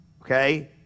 okay